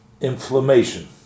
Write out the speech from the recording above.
inflammation